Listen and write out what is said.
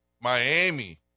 Miami